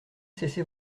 cesser